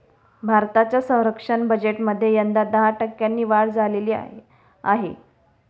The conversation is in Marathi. भारताच्या संरक्षण बजेटमध्ये यंदा दहा टक्क्यांनी वाढ झालेली आहे